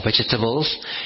vegetables